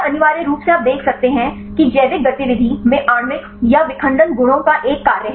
यह अनिवार्य रूप से आप देख सकते हैं कि जैविक गतिविधि में आणविक या विखंडन गुणों का एक कार्य है